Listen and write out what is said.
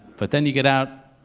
but then you get out,